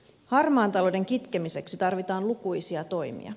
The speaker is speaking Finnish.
harmaan talouden kitkemiseksi tarvitaan lukuisia toimia